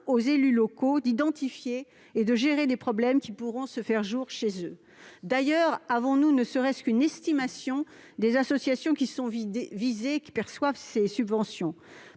aux élus locaux d'identifier et de gérer des problèmes qui pourront se faire jour chez eux. D'ailleurs, avons-nous ne serait-ce qu'une estimation des associations visées qui perçoivent ces subventions ?